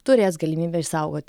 turės galimybę išsaugot